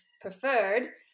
preferred